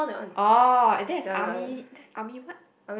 oh that's army that's army what